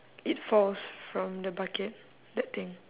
it falls from the bucket that thing